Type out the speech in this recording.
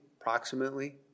approximately